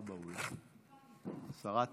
בבקשה, שרת